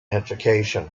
education